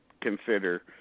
consider